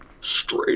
Straight